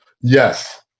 Yes